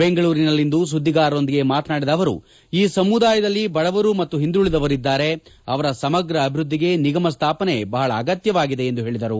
ಬೆಂಗಳೂರಿನಲ್ಲಿಂದು ಸುದ್ದಿಗಾರರೊಂದಿಗೆ ಮಾತನಾಡಿದ ಅವರು ಈ ಸಮುದಾಯದಲ್ಲಿ ಬಡವರು ಮತ್ತು ಹಿಂದುಳಿದವರಿದ್ದಾರೆ ಅವರ ಸಮಗ್ರ ಅಭಿವೃದ್ಧಿಗೆ ನಿಗಮ ಸ್ಥಾಪನೆ ಬಹಳ ಅಗತ್ಯವಾಗಿದೆ ಎಂದು ಹೇಳಿದರು